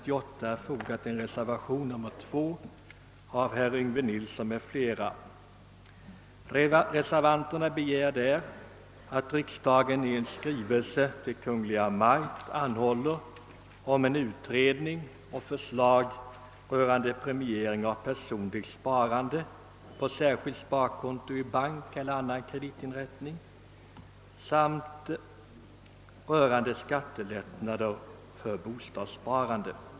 I reservationen II yrkar vi reservanter att riksdagen i skrivelse till Kungl. Maj:t skall begära utredning och förslag rörande premiering av personligt sparande på särskilt sparkonto i bank eller annan penninginrättning samt rörande skattelättnader för bostadssparande.